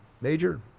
Major